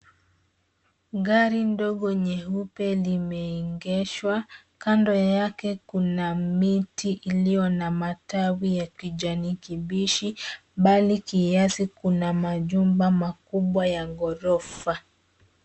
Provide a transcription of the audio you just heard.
Gari ndogo nyeusi limeegeshwa. Kando yake kuna miti ilio na matawi ya kijani kibichi. Mbali kiasi kuna nyumba makubwa ya ghorofa.